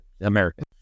American